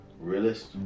Realist